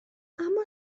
اما